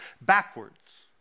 backwards